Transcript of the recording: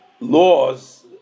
laws